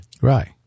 Right